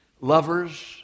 Lovers